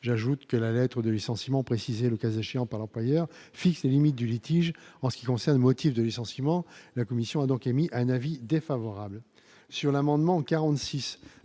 j'ajoute que la lettre de licenciement, précise et, le cas échéant par l'employeur fixé limite du litige en ce qui concerne motif de licenciement, la commission a donc émis un avis défavorable sur l'amendement 46